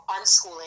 unschooling